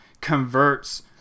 converts